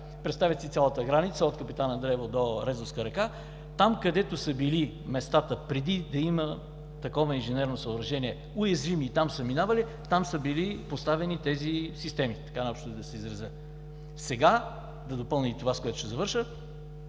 представете си цялата граница – от Капитан Андреево до Резовска река. Там, където са били местата преди да има такова инженерно съоръжение уязвими, и там са минавали, там са били поставени тези системи, така най-общо да се изразя. Сега да допълня и това, с което ще завърша,